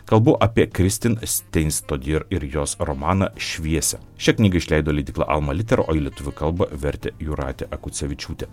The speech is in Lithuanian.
kalbu apie kristin steinstodyr ir jos romaną šviesią šią knygą išleido leidykla alma litera o į lietuvių kalbą vertė jūratė akucevičiūtė